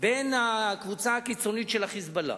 בין הקבוצה הקיצונית של ה"חיזבאללה"